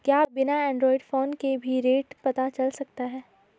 क्या बिना Android phone के भी रेट पता चल सकता है?